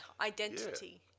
identity